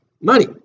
money